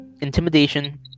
intimidation